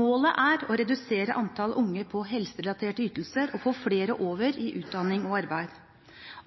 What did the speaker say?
Målet er å redusere antall unge på helserelaterte ytelser og få flere over i utdanning og arbeid.